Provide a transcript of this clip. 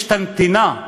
יש נתינה,